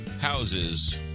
houses